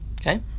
Okay